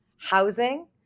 housing